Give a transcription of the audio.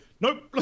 nope